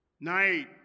Night